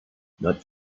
not